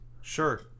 Sure